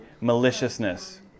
maliciousness